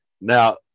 now